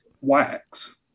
wax